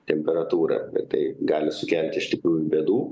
temperatūra bet tai gali sukelti iš tikrųjų bėdų